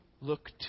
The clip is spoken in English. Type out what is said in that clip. look